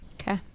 Okay